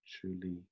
truly